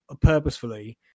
purposefully